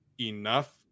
enough